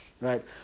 right